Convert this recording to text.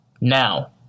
now